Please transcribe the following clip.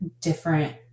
different